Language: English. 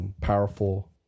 powerful